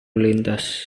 lintas